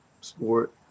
sport